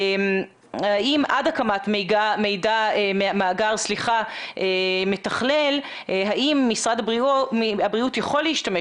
האם עד הקמת מאגר מתכלל משרד הבריאות יכול להשתמש